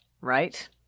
Right